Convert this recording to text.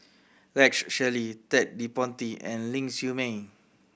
Rex Shelley Ted De Ponti and Ling Siew May